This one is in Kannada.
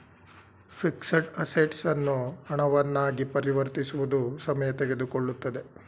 ಫಿಕ್ಸಡ್ ಅಸೆಟ್ಸ್ ಅನ್ನು ಹಣವನ್ನ ಆಗಿ ಪರಿವರ್ತಿಸುವುದು ಸಮಯ ತೆಗೆದುಕೊಳ್ಳುತ್ತದೆ